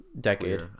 Decade